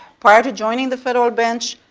prior to joining the federal bench,